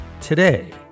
today